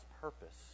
purpose